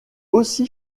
aussi